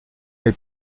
est